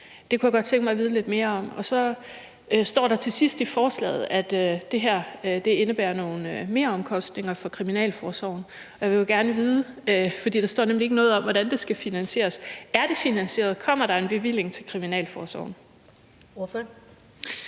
Det kunne jeg godt tænke mig at vide lidt mere om. Til sidst i forslaget står der, at det her indebærer nogle meromkostninger for kriminalforsorgen. Og der står jo ikke noget om, hvordan det skal finansieres, så jeg vil gerne vide: Er det finansieret? Kommer der en bevilling til kriminalforsorgen?